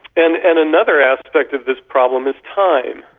and and another aspect of this problem is time.